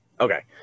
Okay